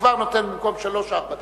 כבר נותן ארבע דקות במקום שלוש דקות.